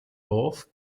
love